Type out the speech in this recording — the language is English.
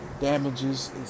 damages